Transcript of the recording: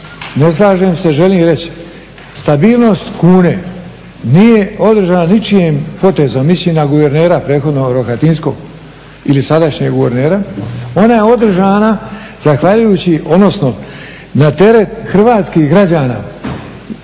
Ne slažem se, želim reći, stabilnost kune nije održana ničijim potezom, mislim na guvernera prethodnog, Rohatinskog ili sadašnjeg guvernera, ona je održana zahvaljujući, odnosno na teret hrvatskih građana,